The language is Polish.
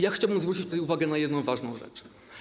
I chciałbym zwrócić tutaj uwagę na jedną ważną rzecz.